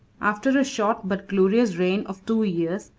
after a short but glorious reign of two years,